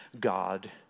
God